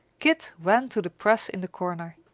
kit ran to the press in the corner.